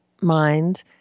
mind